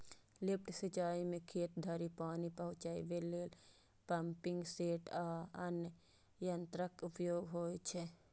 lift सिंचाइ मे खेत धरि पानि पहुंचाबै लेल पंपिंग सेट आ अन्य यंत्रक उपयोग होइ छै